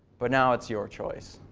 but now it's your choice.